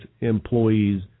employees